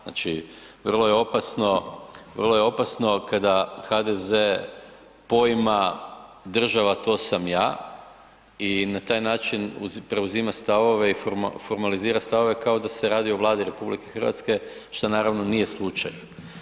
Znači vrlo je opasno, vrlo je opasno kada HDZ poima država to sam ja i na taj način preuzima stavove i formalizira stavove kao da se radi o Vladi RH što naravno nije slučaj.